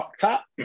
top